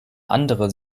andere